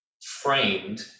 framed